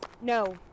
No